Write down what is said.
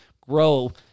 grow